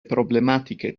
problematiche